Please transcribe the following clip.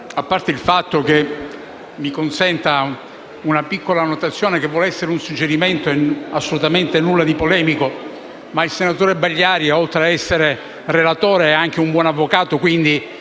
Presidente, mi consenta una piccola annotazione che vuole essere un suggerimento assolutamente non polemico: il senatore Pagliari, oltre ad essere un senatore, è anche un buon avvocato quindi